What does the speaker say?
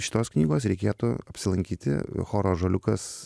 šitos knygos reikėtų apsilankyti choro ąžuoliukas